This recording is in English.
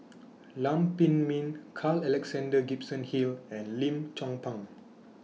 Lam Pin Min Carl Alexander Gibson Hill and Lim Chong Pang